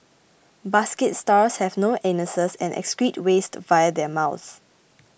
basket stars have no anuses and excrete waste via their mouths